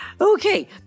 Okay